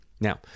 Now